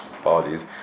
apologies